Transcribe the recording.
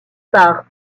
par